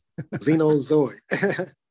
Xenozoid